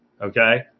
okay